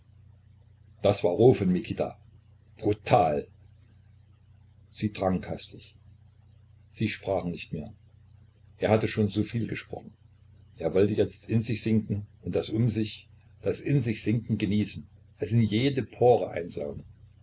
das war roh von mikita brutal sie trank hastig sie sprachen nicht mehr er hatte schon so viel gesprochen er wollte jetzt in sich sinken und das um sich das in sich trinken genießen es in jede pore einsaugen